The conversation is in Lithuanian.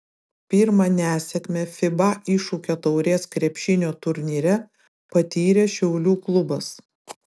pirmą nesėkmę fiba iššūkio taurės krepšinio turnyre patyrė šiaulių klubas